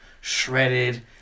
shredded